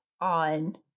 on